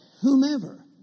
whomever